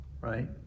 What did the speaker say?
right